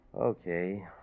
Okay